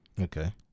Okay